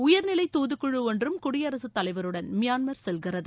உயர்நிலை தாதுக் குழு ஒன்றும் குடியரசு தலைவருடன் மியான்மர் செல்கிறது